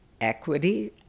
Equity